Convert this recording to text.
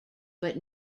but